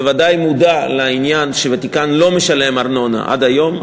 בוודאי מודע לעניין שהוותיקן לא משלם ארנונה עד היום,